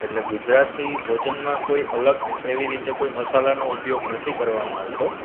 એટલે ગુજરાતી ભોજનમાં કોઈ અલગ એવી રીતે કોઈ મસાલાનો ઉપયોગ નથી કરવામાં આવતો